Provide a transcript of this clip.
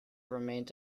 remained